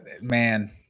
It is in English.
man